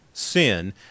sin